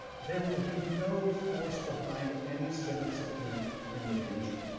there will be no force behind any senate subpoena in the future.